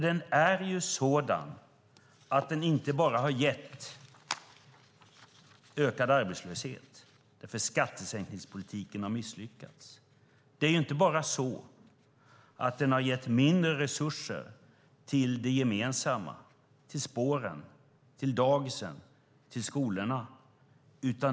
Den har inte bara gett ökad arbetslöshet eftersom skattesänkningspolitiken har misslyckats. Den har inte bara gett mindre resurser till det gemensamma, till spåren, dagisen och skolorna.